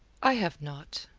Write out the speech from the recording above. i have not.